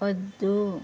వద్దు